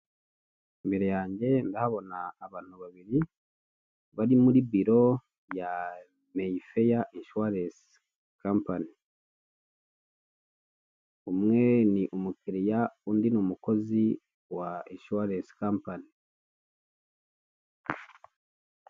Imbere yanjye ndahabona abantu babiri bari muri biro ya Meyifeya inshuwarense kampani. Umwe ni umukiriya, undi ni umukozi wa inshuwarense kampani.